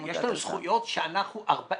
יש לנו זכויות שאנחנו 40